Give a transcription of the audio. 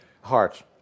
Heart